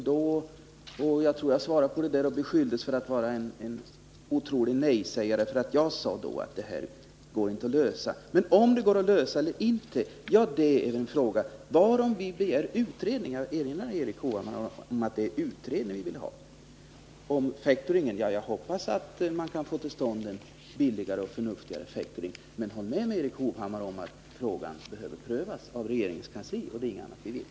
Jag var talesman i frågan, och jag beskylldes för att vara en omöjlig nej-sägare när jag sade att frågan inte gick att lösa. Men om detta problem går att lösa eller inte, det är en fråga varom vi begär en utredning. Jag vill alltså erinra Erik Hovhammar om att det är en utredning vi vill ha. När det gäller factoring hoppas jag att man kan få till stånd en billigare och förnuftigare verksamhet. Men håll med om, Erik Hovhammar, att frågan behöver prövas i regeringskansliet! Och det är ingenting annat vi vill.